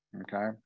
okay